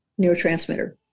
neurotransmitter